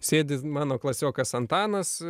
sėdi mano klasiokas antanas